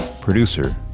producer